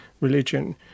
religion